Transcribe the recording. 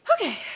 Okay